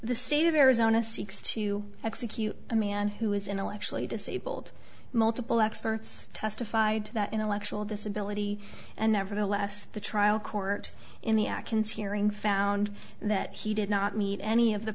the state of arizona seeks to execute a man who is intellectually disabled multiple experts testified that intellectual disability and nevertheless the trial court in the actions hearing found that he did not meet any of the